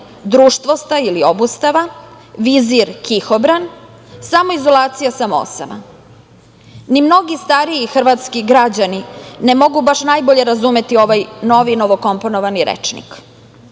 društvostaj ili obustava, vizir – kihobran, samoizolacija – samoosama. Ni mnogi stariji hrvatski građani ne mogu baš najbolje razumeti ovaj novi novokomponovani rečnik.